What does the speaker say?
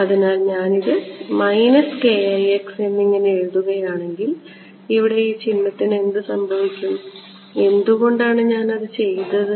അതിനാൽ ഞാൻ ഇത് എന്നിങ്ങനെ എഴുതുകയാണെങ്കിൽ ഇവിടെ ഈ ചിഹ്നത്തിന് എന്ത് സംഭവിക്കും എന്തുകൊണ്ടാണ് ഞാൻ അത് ചെയ്തത്